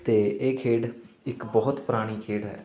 ਅਤੇ ਇਹ ਖੇਡ ਇੱਕ ਬਹੁਤ ਪੁਰਾਣੀ ਖੇਡ ਹੈ